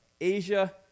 Asia